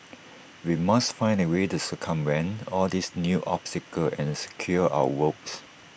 we must find A way to circumvent all these new obstacles and secure our votes